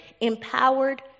empowered